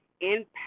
impact